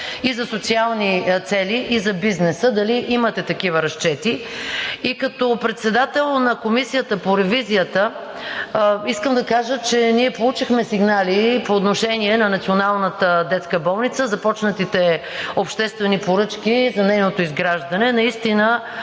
за социални цели и за бизнеса? Дали имате такива разчети? Като председател на Комисията по ревизията искам да кажа, че ние получихме сигнали по отношение на Националната детска болница и започнатите обществени поръчки за нейното изграждане.